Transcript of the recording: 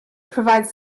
provides